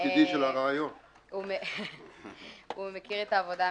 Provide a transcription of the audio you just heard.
העבודה הממשלתית.